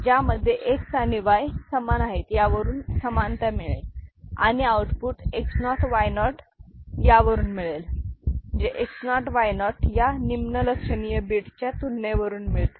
ज्यामध्ये X आणि Y समान आहेत यावरून समानता मिळेल आणि आऊटपुट X 0 Y 0 यावरून मिळेल जे X 0 Y 0 या निम्न लक्षणीय बीट च्या तुलने वरून मिळते